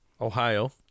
Ohio